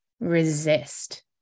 resist